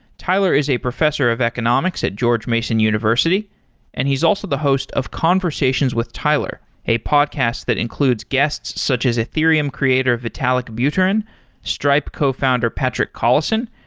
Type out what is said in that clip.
tyler is a professor of economics at george mason university and he's also the host of conversations with tyler, a podcast that includes guests such as ethereum creator, vitalik buterin stripe cofounder, patrick collison,